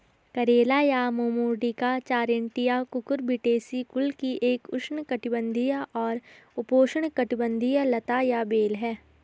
करेला या मोमोर्डिका चारैन्टिया कुकुरबिटेसी कुल की एक उष्णकटिबंधीय और उपोष्णकटिबंधीय लता या बेल है